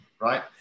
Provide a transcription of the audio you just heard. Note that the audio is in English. right